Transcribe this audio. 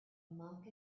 monk